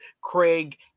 Craig